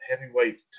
Heavyweight